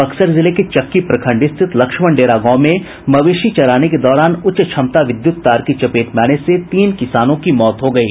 बक्सर जिले के चक्की प्रखंड स्थित लक्ष्मण डेरा गांव में मवेशी चराने के दौरान उच्च क्षमता विद्युत तार की चपेट में आने से तीन किसानों की मौत हो गयी